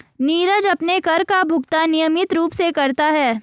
नीरज अपने कर का भुगतान नियमित रूप से करता है